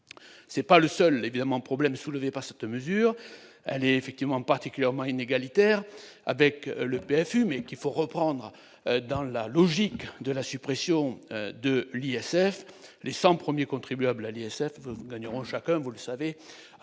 Ce n'est pas le seul problème soulevé par cette mesure. Elle est en effet particulièrement inégalitaire. Avec le PFU, qu'il faut replacer dans la logique de la suppression de l'ISF, les cent premiers contribuables à l'ISF gagneront chacun, en moyenne,